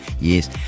Yes